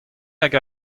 hag